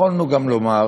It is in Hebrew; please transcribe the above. יכולנו גם לומר